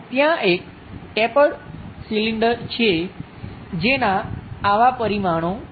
ત્યાં એક tapered cylinder છે જેનાં આવા પરિમાણો છે